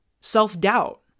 Self-doubt